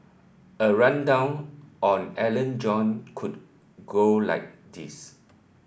a rundown on Alan John could go like this